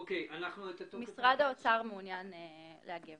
אנחנו מעוניינים למשוך